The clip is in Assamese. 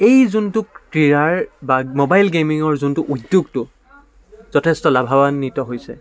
এই যোনটো ক্ৰীড়াৰ বা মোবাইল গেমিঙৰ যোনটো উদ্যোগটো যথেষ্ট লাভাৱান্বিত হৈছে